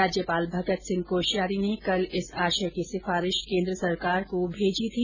राज्यपाल भगत सिंह कोश्यारी ने कल इस आशय की सिफारिश कोन्द्र सरकार को भेजी थी